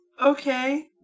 okay